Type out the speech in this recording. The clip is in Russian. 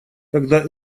когда